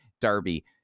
Darby